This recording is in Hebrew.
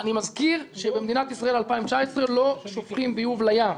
אני מזכיר שבמדינת ישראל 2019 לא שופכים ביוב לים,